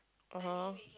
uh [huh]